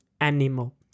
Animal